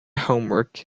homework